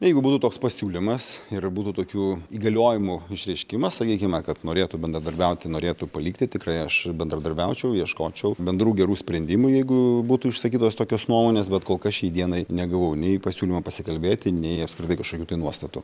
jeigu būtų toks pasiūlymas ir būtų tokių įgaliojimų išreiškimas sakykime kad norėtų bendradarbiauti norėtų palikti tikrai aš bendradarbiaučiau ieškočiau bendrų gerų sprendimų jeigu būtų išsakytos tokios nuomonės bet kol kas šiai dienai negavau nei pasiūlymo pasikalbėti nei apskritai kažkokių tai nuostatų